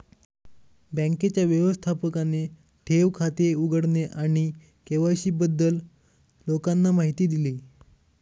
बँकेच्या व्यवस्थापकाने ठेव खाते उघडणे आणि के.वाय.सी बद्दल लोकांना माहिती दिली